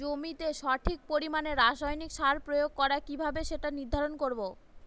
জমিতে সঠিক পরিমাণে রাসায়নিক সার প্রয়োগ করা কিভাবে সেটা নির্ধারণ করব?